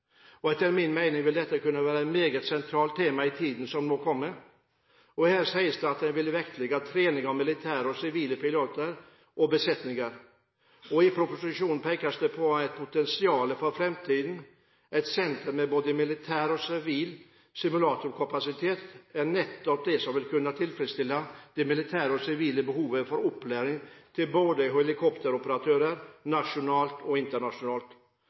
helikopter. Etter min mening vil dette kunne være et meget sentralt tema i tiden som kommer. Her sies det at en vil vektlegge trening av militære og sivile piloter og besetninger. I proposisjonen pekes det på et potensial for framtiden, et senter med både militær og sivil simulatorkapasitet er nettopp det som vil kunne tilfredsstille det militære og sivile behovet for opplæring til helikopteroperatører både nasjonalt og internasjonalt.